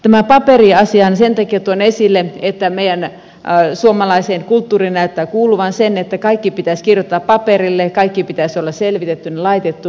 tämän paperiasian sen takia tuon esille että meidän suomalaiseen kulttuuriin näyttää kuuluvan se että kaikki pitäisi kirjoittaa paperille kaikki pitäisi olla selvitettynä laitettuna